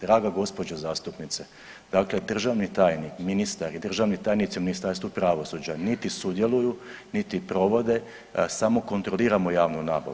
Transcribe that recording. Draga gospođo zastupnice, dakle državni tajnik, ministar i državni tajnici u Ministarstvu pravosuđa niti sudjeluju, niti provode, samo kontroliramo javnu nabavu.